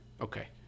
Okay